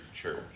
church